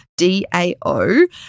DAO